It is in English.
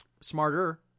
smarter